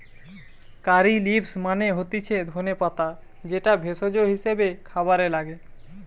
কারী leaves মানে হতিছে ধনে পাতা যেটা ভেষজ হিসেবে খাবারে লাগে